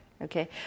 Okay